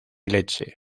leche